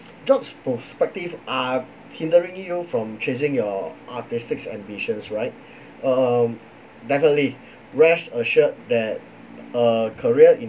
jobs perspective are hindering you from chasing your artistics ambitions right um definitely rest assured that a career in